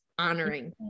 Honoring